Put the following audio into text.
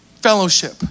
fellowship